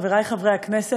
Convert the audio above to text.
חברי חברי הכנסת,